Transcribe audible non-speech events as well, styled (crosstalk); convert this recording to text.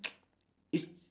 (noise) if